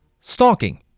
Stalking